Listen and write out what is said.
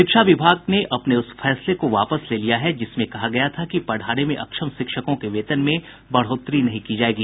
शिक्षा विभाग ने अपने उस फैसले को वापस ले लिया है जिसमें कहा गया था कि पढ़ाने में अक्षम शिक्षकों के वेतन में बढ़ोतरी नहीं की जायेगी